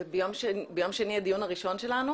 ביום שני יהיה הדיון הראשון שלנו.